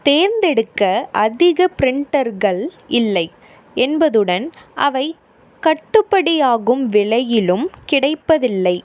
தேர்ந்தெடுக்க அதிக பிரிண்டர்கள் இல்லை என்பதுடன் அவை கட்டுப்படி ஆகும் விலையிலும் கிடைப்பதில்லை